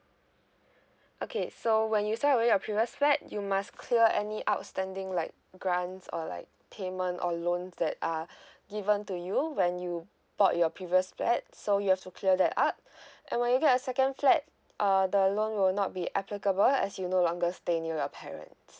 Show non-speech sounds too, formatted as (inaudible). (breath) okay so when you sell away your previous flat you must clear any outstanding like grants or like payment or loans that are (breath) given to you when you bought your previous flat so you have to clear that up (breath) and when you get a second flat uh the loan will not be applicable as you no longer stay near your parents